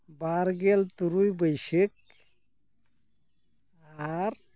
ᱵᱟᱨᱜᱮᱞ ᱛᱩᱨᱩᱭ ᱵᱟᱹᱭᱥᱟᱹᱠᱷ ᱟᱨ